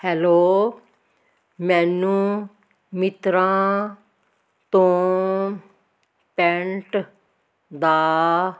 hello ਮੈਨੂੰ Myntra ਤੋਂ pant ਦਾ